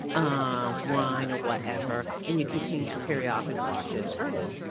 um wine or whatever and you continue to periodically wash it and turn it.